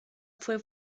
fue